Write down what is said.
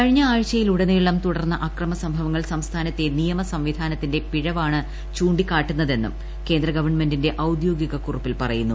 കഴിഞ്ഞ ആഴ്ചയിലുടനീളം തുടർന്ന അക്രമ സംഭവങ്ങൾ സംസ്ഥാനത്തെ നിയമ സംവിധാനത്തിന്റെ പിഴവാണ് ചൂണ്ടിക്കാട്ടുന്ന തെന്നും കേന്ദ്ര ഗവൺമെന്റിന്റെ ഔദ്യോഗിക കുറിപ്പിൽ പറയുന്നു